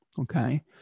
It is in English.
Okay